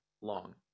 long